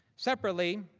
separately.